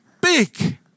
big